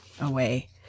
away